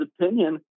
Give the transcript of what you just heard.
opinion